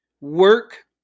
work